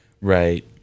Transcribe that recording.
Right